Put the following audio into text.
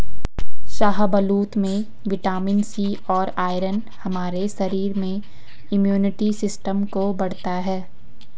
शाहबलूत में vitamin C और आयरन हमारे शरीर में इम्युनिटी सिस्टम को बढ़ता है